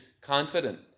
confident